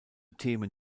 themen